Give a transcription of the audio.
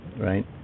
right